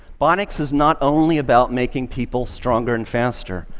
bionics is not only about making people stronger and faster.